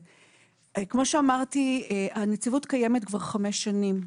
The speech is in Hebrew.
בגדול, כמו שאמרתי, הנציבות קיימת כבר חמש שנים.